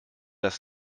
das